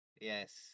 Yes